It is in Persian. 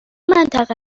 منطقه